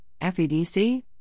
FEDC